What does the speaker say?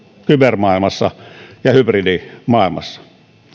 kybermaailmassa ja hybridimaailmassa